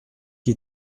qui